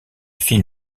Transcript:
film